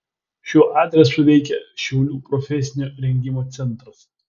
šiuo adresu veikia šiaulių profesinio rengimo centras